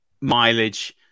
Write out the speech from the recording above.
mileage